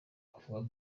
avuga